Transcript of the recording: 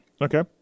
Okay